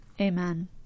Amen